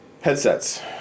Headsets